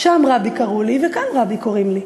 שם "רבי", קראו לי, וכאן "רבי" קוראים לי.